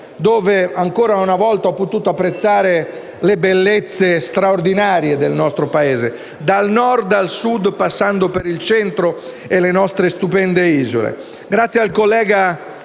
quale ancora una volta ho potuto apprezzare le bellezze straordinarie del nostro Paese, dal Nord al Sud, passando per il Centro e le nostre stupende isole, grazie al collega